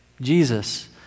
Jesus